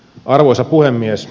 arvoisa puhemies